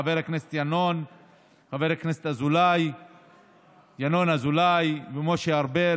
חבר הכנסת ינון אזולאי ומשה ארבל,